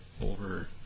over